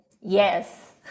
yes